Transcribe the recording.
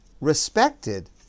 respected